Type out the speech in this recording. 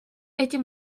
этим